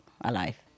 alive